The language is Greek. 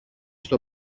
στο